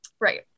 right